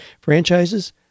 franchises